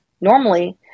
normally